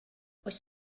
oes